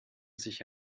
sich